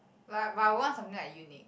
like but what's something like unique